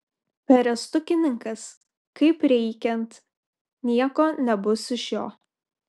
perestukininkas kaip reikiant nieko nebus iš jo